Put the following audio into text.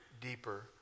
deeper